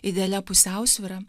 idealia pusiausvyra